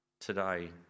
today